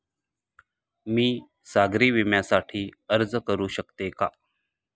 मी सागरी विम्यासाठी अर्ज करू शकते का?